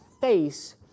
face